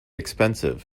expensive